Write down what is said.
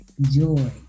joy